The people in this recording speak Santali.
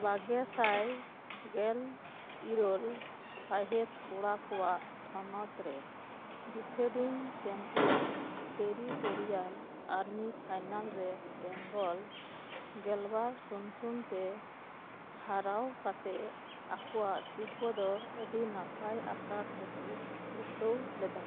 ᱵᱟᱜᱮ ᱥᱟᱭ ᱜᱮᱞ ᱤᱨᱟᱹᱞ ᱥᱟᱹᱦᱤᱛ ᱠᱚᱲᱟ ᱠᱚᱣᱟᱜ ᱛᱷᱚᱱᱚᱛᱨᱮ defending champion territorial army final ᱨᱮ ᱵᱮᱝᱜᱚᱞ ᱜᱮᱞᱵᱟᱨ ᱥᱩᱱ ᱥᱩᱱ ᱛᱮ ᱦᱟᱨᱟᱣ ᱠᱟᱛᱮᱫ ᱟᱠᱚᱣᱟᱜ ᱥᱤᱨᱯᱟᱹ ᱫᱚ ᱟᱹᱰᱤ ᱱᱟᱯᱟᱭ ᱟᱠᱟᱨ ᱛᱮᱠᱚ ᱨᱩᱠᱷᱟᱹᱣ ᱞᱮᱫᱟ